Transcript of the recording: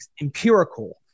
empirical